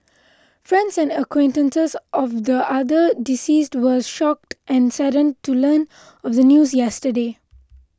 friends and acquaintances of the other deceased were shocked and saddened to learn of the news yesterday